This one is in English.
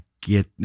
get